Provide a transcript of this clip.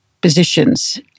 positions